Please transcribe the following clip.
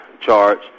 charge